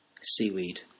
Seaweed